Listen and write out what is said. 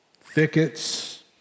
thickets